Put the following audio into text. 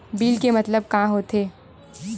Bill के मतलब का होथे?